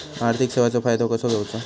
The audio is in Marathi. आर्थिक सेवाचो फायदो कसो घेवचो?